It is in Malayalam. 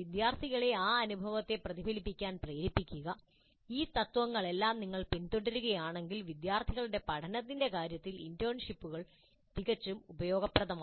വിദ്യാർത്ഥികളെ ആ അനുഭവത്തെ പ്രതിഫലിപ്പിക്കാൻ പ്രേരിപ്പിക്കുക ഈ തത്ത്വങ്ങളെല്ലാം നിങ്ങൾ പിന്തുടരുകയാണെങ്കിൽ വിദ്യാർത്ഥികളുടെ പഠനത്തിന്റെ കാര്യത്തിൽ ഇന്റേൺഷിപ്പുകൾ തികച്ചും ഉപയോഗപ്രദമാകും